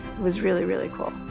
was really, really cool.